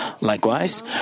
Likewise